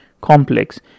complex